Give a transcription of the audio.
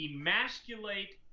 emasculate